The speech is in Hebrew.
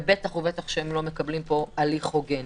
ובטח שהם לא מקבלים הליך הוגן.